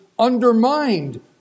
undermined